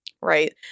Right